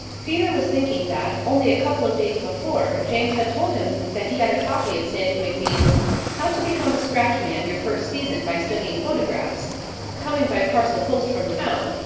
peter was thinking that, only a couple of days before, james had told him that he had a copy of sandy macbean's how to become a scratch man your first season by studying photographs coming by parcel-post from town,